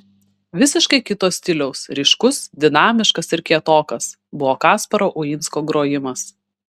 visiškai kito stiliaus ryškus dinamiškas ir kietokas buvo kasparo uinsko grojimas